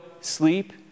sleep